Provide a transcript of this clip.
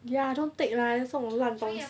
ya don't take lah 那种烂东西